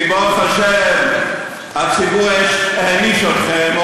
כי ברוך השם הציבור העניש אתכם,